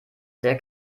sehr